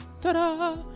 Ta-da